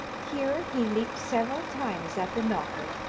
here he leaped several times at the knocker,